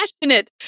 passionate